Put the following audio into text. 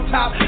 top